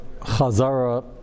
chazara